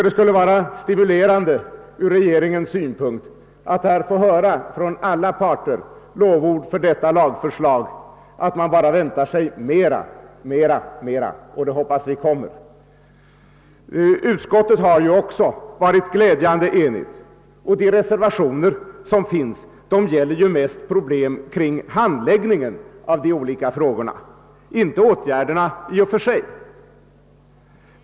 Det borde vara stimulerande för regeringen att få höra lovord från alla parter över detta lagförslag och höra dem säga att de bara väntar sig mer — och det hoppas vi kommer. Utskottet har också varit glädjande enigt. De reservationer som finns gäller mest problem kring handläggningen av de olika frågorna, inte åtgärderna i och för sig.